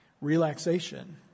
Relaxation